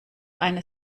eine